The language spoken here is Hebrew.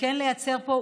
ולייצר פה,